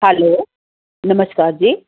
hello ਨਮਸਕਾਰ ਜੀ